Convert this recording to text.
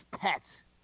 pets